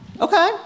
Okay